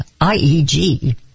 IEG